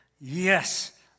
Yes